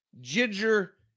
ginger